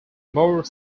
more